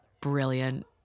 brilliant